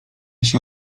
się